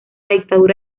dictadura